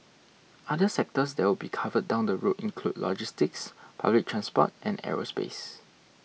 other sectors that will be covered down the road include logistics public transport and aerospace